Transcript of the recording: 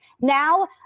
Now